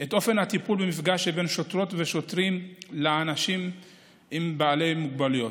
את אופן הטיפול במפגש שבין שוטרות ושוטרים לאנשים בעלי מוגבלויות.